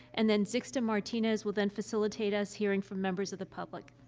and then zixta martinez will then facilitate us hearing from members of the public.